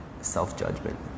self-judgment